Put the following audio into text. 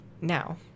Now